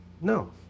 No